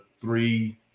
three